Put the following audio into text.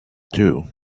two